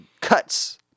cuts